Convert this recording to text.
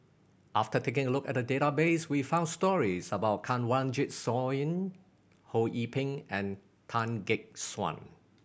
after taking a look at the database we found stories about Kanwaljit Soin Ho Yee Ping and Tan Gek Suan